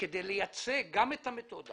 כדי לייצא גם את המתודה